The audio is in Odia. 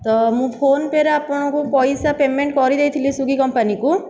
ତ ମୁଁ ଫୋନ୍ପେ'ରେ ଆପଣଙ୍କୁ ପଇସା ପେମେଣ୍ଟ୍ କରି ଦେଇଥିଲି ସ୍ୱିଗୀ କମ୍ପାନୀକୁ